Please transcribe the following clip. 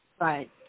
Right